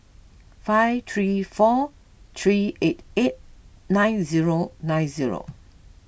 five three four three eight eight nine zero nine zero